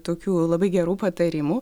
tokių labai gerų patarimų